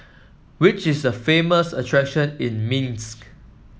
which are the famous attractions in Minsk